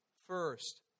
first